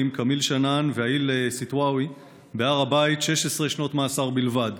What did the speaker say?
כמיל שנאן והאיל סתאוי בהר הבית 16 שנות מאסר בלבד,